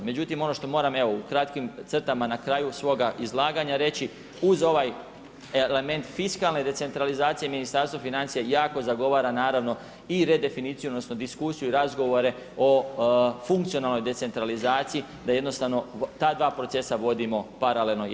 Međutim, ono što moram, evo u kratkim crtama, na kraju svoga izlaganja reći, uz ovaj element fiskalne decentralizacije Ministarstvo financija jako zagovora, naravno i redefiniciju, odnosno, diskusiju i razgovore o funkcionalnoj decentralizaciji, da jednostavno ta dva procesa vodimo paralelno jedan uz drugi.